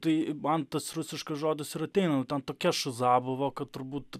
tai man tas rusiškas žodis ir ateina nu ten tokia šiza buvo kad turbūt